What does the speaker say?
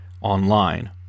online